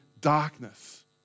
darkness